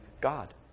God